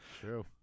True